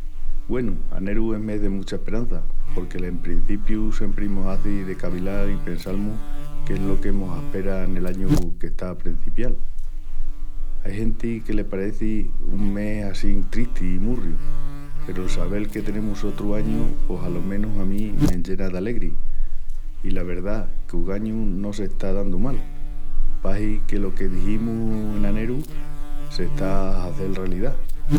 Güenu, aneru es mes de mucha esperança porque l'emprencipiu siempri mos hazi de cavildal i pensal-mus qu'es lo que mos aspera nel añu qu'está a prencipial. Ai genti que le pareci un mes assín tristi i murriu peru el sabel que tenemus sotru añu pos alo menus a mí m'enllena d'alegri. I la verdá qu'ogañu no s'está dandu mal, pahi que lo que diximus en aneru s'está a hazel ralidá.